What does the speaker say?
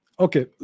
Okay